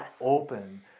open